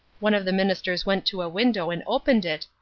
one of the ministers went to a window and opened it,